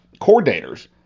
coordinators